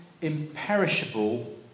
imperishable